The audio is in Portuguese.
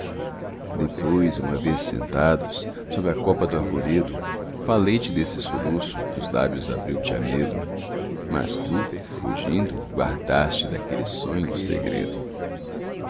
depois uma vez sentados sob a copa do arvoredo falei te desse soluço que os lábios abriu te a medo mas tu fugindo guardaste daquele sonho o segredo